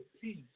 peace